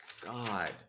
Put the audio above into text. God